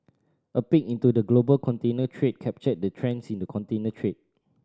a peek into the global container trade captured the trends in the container trade